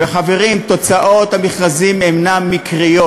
וחברים, תוצאות המכרזים אינן מקריות.